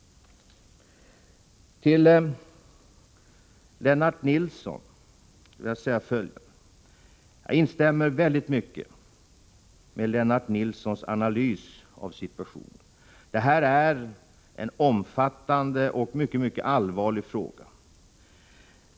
Till Lennart Nilsson vill jag säga att jag instämmer i väldigt mycket av Lennart Nilssons analys av situationen. Det här är en omfattande och mycket allvarlig fråga.